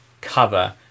cover